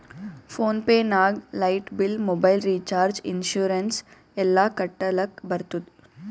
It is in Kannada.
ಫೋನ್ ಪೇ ನಾಗ್ light bill, mobile recharge, insurance ಎಲ್ಲಾ ಕಟ್ಟಲಕ್ ಬರ್ತುದ್